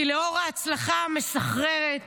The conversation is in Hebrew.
כי לאור ההצלחה המסחררת